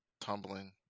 tumbling